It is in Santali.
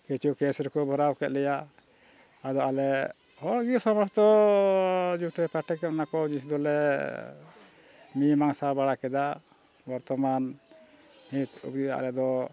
ᱠᱤᱪᱷᱩ ᱠᱮᱥ ᱨᱮᱠᱚ ᱵᱷᱚᱨᱟᱣ ᱠᱮᱫ ᱞᱮᱭᱟ ᱟᱫᱚ ᱟᱞᱮ ᱦᱚᱲ ᱜᱮ ᱥᱚᱢᱚᱥᱛᱚ ᱡᱚᱴᱮ ᱯᱟᱴᱷᱮᱠ ᱚᱱᱟ ᱠᱚ ᱡᱤᱱᱤᱥ ᱫᱚᱞᱮ ᱢᱤᱢᱟᱹᱝᱥᱟ ᱵᱟᱲᱟ ᱠᱮᱫᱟ ᱵᱚᱨᱛᱚᱢᱟᱱ ᱱᱤᱛ ᱠᱚᱜᱮ ᱟᱞᱮ ᱫᱚ